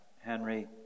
Henry